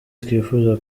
twifuza